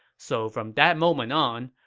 so from that moment on,